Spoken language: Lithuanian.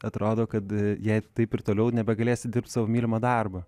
atrodo kad jei taip ir toliau nebegalėsi dirbt sau mylimą darbą